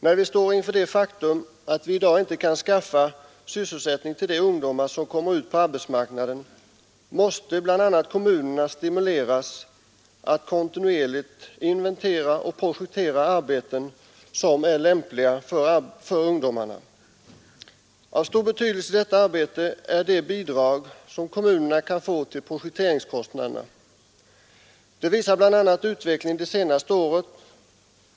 När vi står inför det faktum att vi inte kan skaffa sysselsättning till de ungdomar som kommer ut på arbetsmarknaden, måste bland annat kommunerna stimuleras att kontinuerligt inventera och projektera arbeten som är lämpliga för ungdomar. Av stor betydelse i detta arbete är de bidrag som kommunerna kan få till projekteringskostnaderna. Det visar bl.a. utvecklingen det senaste året.